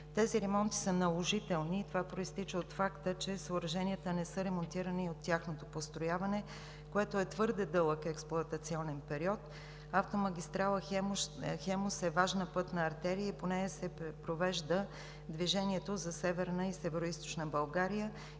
Тези ремонти са наложителни и това произтича от факта, че съоръженията не са ремонтирани от тяхното построяване, което е твърде дълъг експлоатационен период. Автомагистрала „Хемус“ е важна пътна артерия и по нея се провежда движението за Северна и Североизточна България